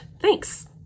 Thanks